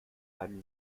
beim